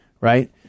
right